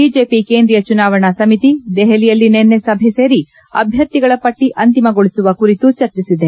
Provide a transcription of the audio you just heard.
BJP ಕೇಂದ್ರೀಯ ಚುನಾವಣಾ ಸಮಿತಿ ದೆಹಲಿಯಲ್ಲಿ ನಿನ್ನೆ ಸಭೆ ಸೇರಿ ಅಭ್ವರ್ಥಿಗಳ ಪಟ್ಟಿ ಅಂತಿಮಗೊಳಿಸುವ ಕುರಿತು ಚರ್ಚಿಸಿದೆ